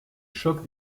choc